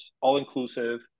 all-inclusive